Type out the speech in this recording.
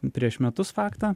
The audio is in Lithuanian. prieš metus faktą